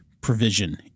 provision